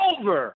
over